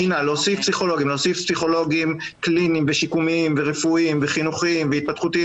להוסיף פסיכולוגיים קליניים ושיקומיים ורפואיים וחינוכיים והתפתחותיים,